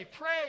pray